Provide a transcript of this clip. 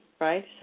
right